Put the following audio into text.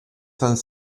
cent